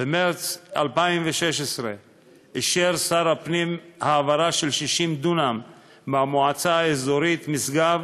במרס 2016 אישר שר הפנים העברה של 60 דונם מהמועצה האזורית משגב,